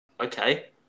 Okay